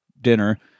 dinner